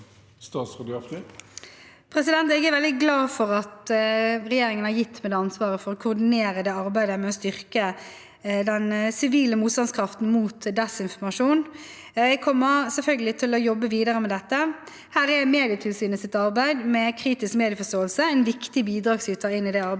Jeg er vel- dig glad for at regjeringen har gitt meg ansvaret for å koordinere arbeidet med å styrke den sivile motstandskraften mot desinformasjon. Jeg kommer selvfølgelig til å jobbe videre med dette. Medietilsynets arbeid med kritisk medieforståelse er en viktig bidragsyter inn i det arbeidet.